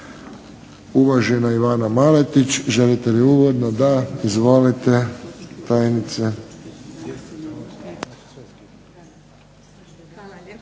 uvažena Ivana Maletić. Želite li uvodno? Da. Izvolite tajnice.